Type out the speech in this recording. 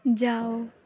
جاؤ